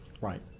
Right